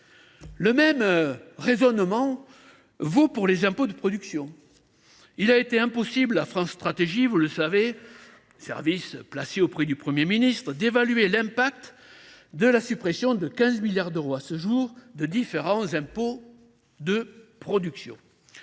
Le même raisonnement vaut pour les impôts de production : il a été impossible à France Stratégie, organe placé auprès du Premier ministre, d’évaluer l’impact de la suppression, pour 15 milliards d’euros à ce jour, de différents impôts de production.